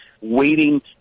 waiting